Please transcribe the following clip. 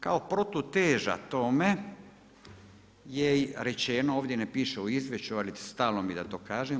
Kao protuteža tome je rečeno, ovdje ne piše u izvješću, ali stalo mi je da to kažem.